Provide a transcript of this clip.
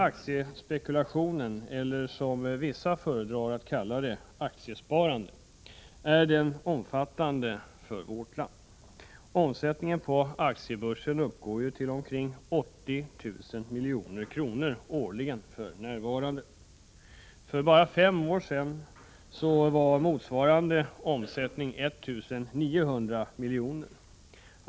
Aktiespekulationen, eller som vissa föredrar att kalla det, aktiesparandet, är omfattande i vårt land. Omsättningen på aktiebörsen uppgår ju för närvarande till omkring 80 000 milj.kr. årligen. För bara fem år sedan var motsvarande omsättning 1 900 miljoner.